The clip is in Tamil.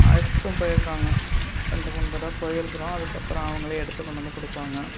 அழைச்சுகிட்டும் போயிருக்காங்க ரெண்டு மூணு தடவை போயிருக்கிறோம் அதுக்கப்புறம் அவங்களே எடுத்து கொண்டு வந்து கொடுப்பாங்க